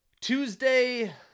Tuesday